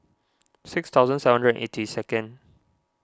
six thousand seven hundred and eighty second